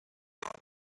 lower